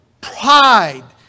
pride